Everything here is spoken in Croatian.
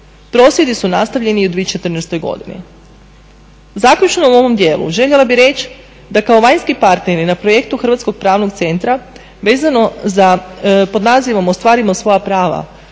Prosvjedi su nastavljeni i u 2014. godini. Zaključno u ovom dijelu željela bih reći da kao vanjski partneri na projektu Hrvatskog pravnog centra vezano za, pod nazivom "Ostvarimo svoja prava,